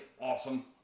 awesome